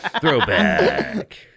throwback